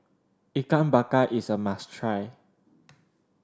Ikan Bakar is a must try